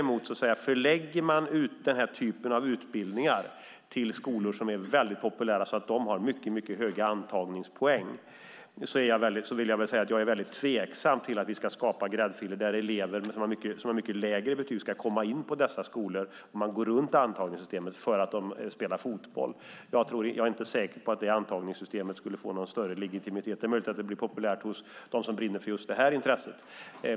Men förlägger man den här typen av utbildningar till skolor som är väldigt populära och har mycket höga antagningspoäng är jag väldigt tveksam till att vi ska skapa gräddfiler så elever som har mycket lägre betyg ska komma in på dessa skolor genom att man går runt antagningssystemet för att de spelar fotboll. Jag är inte säker på att det antagningsystemet skulle få någon större legitimitet. Det är möjligt att det blir populärt hos dem som brinner för just det intresset.